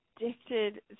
addicted